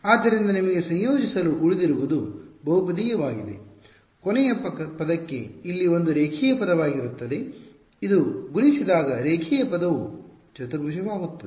ಆದ್ದರಿಂದ ನಿಮಗೆ ಸಂಯೋಜಿಸಲು ಉಳಿದಿರುವುದು ಬಹುಪದೀಯವಾಗಿದೆ ಕೊನೆಯ ಪದಕ್ಕೆ ಇಲ್ಲಿ ಒಂದು ರೇಖೀಯ ಪದವಾಗಿರುತ್ತದೆ ಇದು ಗುಣಿಸಿದಾಗ ರೇಖೀಯ ಪದವು ಚತುರ್ಭುಜವಾಗುತ್ತದೆ